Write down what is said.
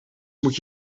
moet